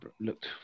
looked